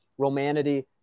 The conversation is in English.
Romanity